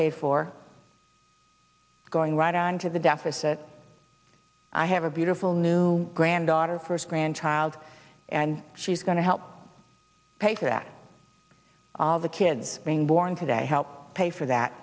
paid for going right on to the deficit i have a beautiful new granddaughter first grandchild and she's going to help pay for that all the kids being born today help pay for that